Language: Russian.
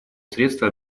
средства